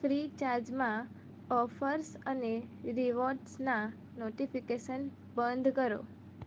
ફ્રીચાર્જમાં ઓફર્સ અને રીવોર્ડસનાં નોટીફીકેસન બંધ કરો